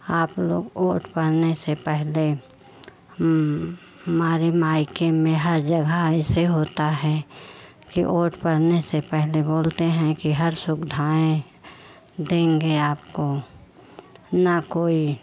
आप लोग वोट पड़ने से पहले मेरे मायके में हर जगह ऐसे होता है के वोट पड़ने से पहले बोलते हैं के हर सुविधाएं देंगे आपको ना कोई